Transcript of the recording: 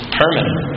permanent